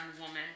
woman